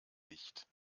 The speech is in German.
licht